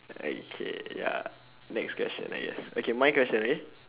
okay ya next question I guess okay mine question okay